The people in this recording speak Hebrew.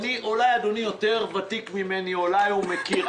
אולי אדוני ותיק יותר ממני, אולי הוא מכיר.